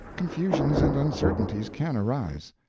confusions and uncertainties can arise.